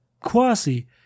Quasi